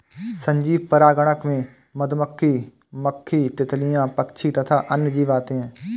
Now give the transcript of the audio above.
सजीव परागणक में मधुमक्खी, मक्खी, तितलियां, पक्षी तथा अन्य जीव आते हैं